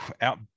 out